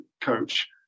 coach